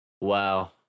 Wow